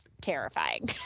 terrifying